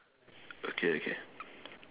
okay okay